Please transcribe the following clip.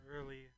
early